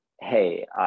hey